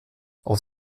auf